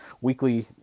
weekly